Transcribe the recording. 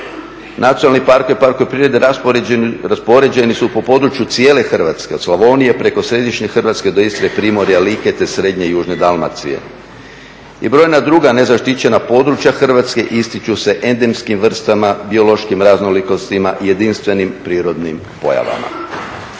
Nacionalni parkovi i parkovi prirode raspoređeni su po području cijele Hrvatske od Slavonije preko središnje Hrvatske do Istre i Primorja, Like, te srednje i južne Dalmacije. I brojna druga nezaštićena područja Hrvatske ističu se endemskim vrstama, biološkim raznolikostima, jedinstvenim prirodnim pojavama.